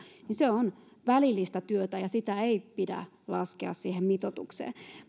työ on välillistä työtä ja sitä ei pidä laskea siihen mitoitukseen